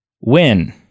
win